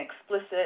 explicit